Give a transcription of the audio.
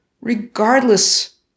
regardless